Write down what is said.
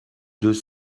deux